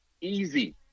easy